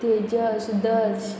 Tejas Sudarsh